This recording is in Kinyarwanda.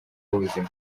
w’ubuzima